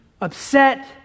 upset